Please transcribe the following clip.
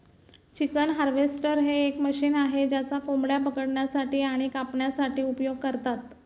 chicken harvester हे एक machine आहे ज्याचा कोंबड्या पकडण्यासाठी आणि कापण्यासाठी उपयोग करतात